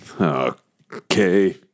Okay